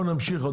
אנחנו נמשיך.